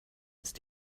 ist